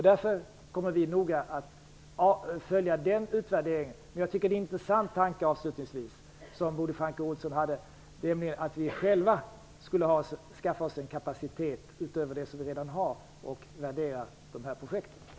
Vi kommer att noga följa den utvärderingen. Jag tycker avslutningsvis att Bodil Francke Ohlssons tanke att vi själva skulle skaffa oss en kapacitet utöver den som vi redan har för att värdera dessa projekt är intressant.